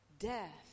Death